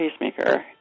pacemaker